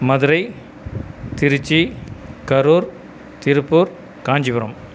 Madurai Tiruchi Karur Tiruppur Kanchipuram